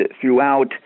throughout